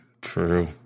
true